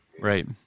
Right